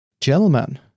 Gentlemen